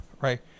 right